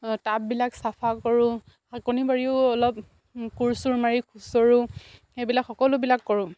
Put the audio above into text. টাববিলাক চাফা কৰোঁ শাকনি বাৰীও অলপ কোৰ চোৰ মাৰি খুচৰোঁ সেইবিলাক সকলোবিলাক কৰোঁ